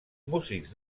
músics